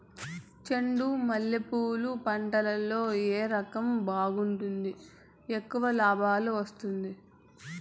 చెండు మల్లె పూలు పంట లో ఏ రకం బాగుంటుంది, ఎక్కువగా లాభాలు వస్తుంది?